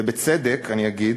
ובצדק, אגיד,